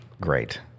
great